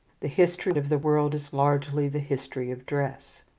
the history of the world is largely the history of dress.